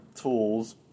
tools